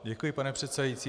Děkuji, pane předsedající.